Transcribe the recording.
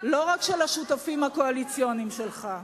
לא רק של השותפים הקואליציוניים שלך.